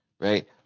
right